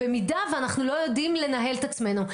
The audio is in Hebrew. במידה ואנחנו לא יודעים לנהל את עצמנו.